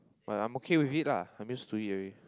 but I'm okay with it lah I'm used to it already